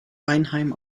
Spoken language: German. weinheim